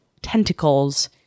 tentacles